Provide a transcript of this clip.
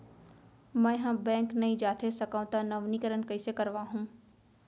मैं ह बैंक नई जाथे सकंव त नवीनीकरण कइसे करवाहू?